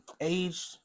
age